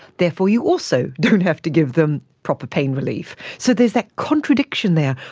therefore you also don't have to give them proper pain relief. so there's that contradiction there.